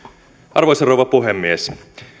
arvoisa rouva puhemies